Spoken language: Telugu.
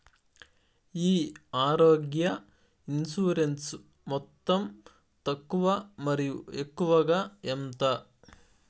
ఈ ఆరోగ్య ఇన్సూరెన్సు మొత్తం తక్కువ మరియు ఎక్కువగా ఎంత?